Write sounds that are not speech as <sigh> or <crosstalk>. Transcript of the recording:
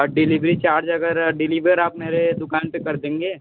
<unintelligible> delivery charge अगर deliver आप मेरे दुकान पे कर देंगे